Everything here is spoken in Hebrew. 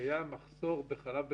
היה מחסור בחלב בקרטונים,